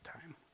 time